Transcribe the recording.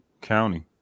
county